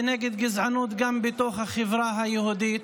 ונגד גזענות גם בתוך החברה היהודית,